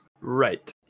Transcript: Right